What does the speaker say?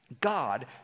God